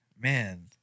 man